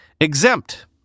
exempt